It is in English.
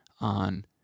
on